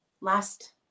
last